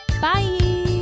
Bye